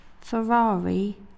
Ferrari